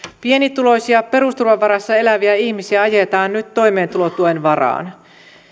pienituloisia perusturvan varassa eläviä ihmisiä ajetaan nyt toimeentulotuen varaan